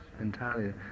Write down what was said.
Entirely